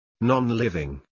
Non-living